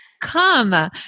come